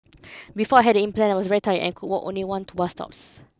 before I had the implant I was very tired and could walk only one two bus stops